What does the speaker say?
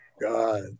God